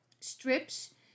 strips